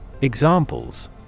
Examples